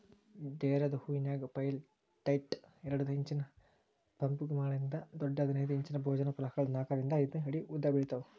ಡೇರೆದ್ ಹೂವಿನ್ಯಾಗ ಪೆಟೈಟ್ ಎರಡ್ ಇಂಚಿನ ಪೊಂಪೊಮ್ಗಳಿಂದ ದೊಡ್ಡ ಹದಿನೈದ್ ಇಂಚಿನ ಭೋಜನ ಫಲಕಗಳ ನಾಕರಿಂದ ಐದ್ ಅಡಿ ಉದ್ದಬೆಳಿತಾವ